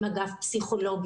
עם אגף פסיכולוגיה,